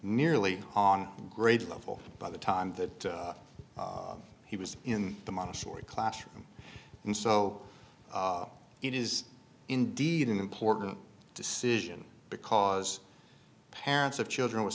merely on grade level by the time that he was in the montessori classroom and so it is indeed an important decision because parents of children with